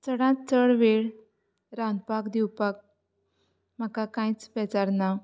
चडांत चड वेळ रांदपाक दिवपाक म्हाका कांयच बेजार ना